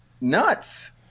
nuts